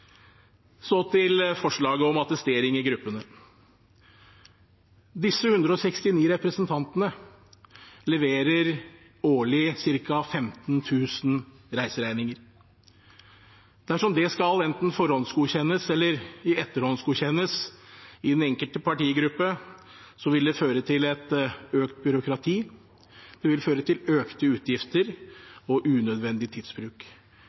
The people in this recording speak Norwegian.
Så til forslaget om attestering i gruppene. Disse 169 representantene leverer årlig ca. 15 000 reiseregninger. Dersom de skal enten forhåndsgodkjennes eller etterhåndsgodkjennes i den enkelte partigruppe, vil det føre til økt byråkrati, det vil føre til økte utgifter og unødvendig tidsbruk.